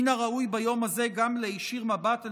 מן הראוי ביום הזה גם להישיר מבט אל